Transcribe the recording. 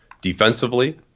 defensively